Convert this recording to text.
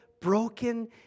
broken